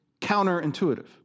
counterintuitive